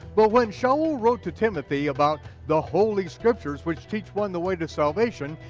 but when saul wrote to timothy about the holy scriptures which teach one the way to salvation,